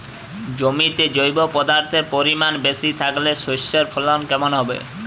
জমিতে জৈব পদার্থের পরিমাণ বেশি থাকলে শস্যর ফলন কেমন হবে?